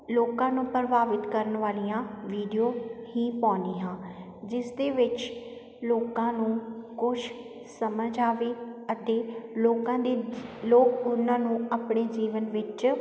ਲੋਕਾਂ ਨੂੰ ਪ੍ਰਭਾਵਿਤ ਕਰਨ ਵਾਲੀਆਂ ਵੀਡੀਓ ਹੀ ਪਾਉਂਦੀ ਹਾਂ ਜਿਸ ਦੇ ਵਿੱਚ ਲੋਕਾਂ ਨੂੰ ਕੁਛ ਸਮਝ ਆਵੇ ਅਤੇ ਲੋਕਾਂ ਦੇ ਲੋਕ ਉਹਨਾਂ ਨੂੰ ਆਪਣੇ ਜੀਵਨ ਵਿੱਚ